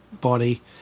body